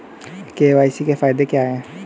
KYC के फायदे क्या है?